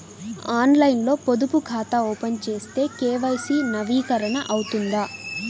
ఆన్లైన్లో పొదుపు ఖాతా ఓపెన్ చేస్తే కే.వై.సి నవీకరణ అవుతుందా?